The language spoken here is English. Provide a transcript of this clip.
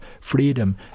freedom